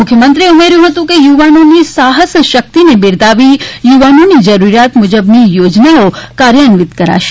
મુખ્યમંત્રી એ ઉમેર્યુ કે યુવાનોની સાહસ શકિતને બિરદાવી યુવાઓની જરૂરીયાત મુજબ યોજનાઓ કાર્યોન્વિત કરાશે